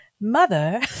Mother